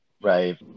Right